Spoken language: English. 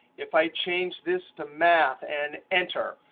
if i change this to math and enter,